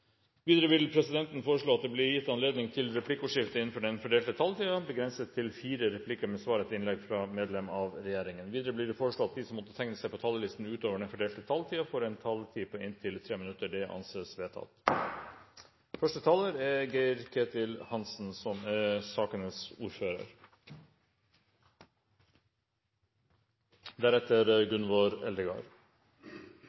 Videre vil presidenten foreslå at det blir gitt anledning til replikkordskifte på inntil til fire replikker med svar etter innlegg fra medlem av regjeringen innenfor den fordelte taletid. Videre blir det foreslått at de som måtte tegne seg på talerlisten utover den fordelte taletid, får en taletid på inntil 3 minutter. – Det anses vedtatt. Meld. St. 27 er